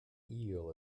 eel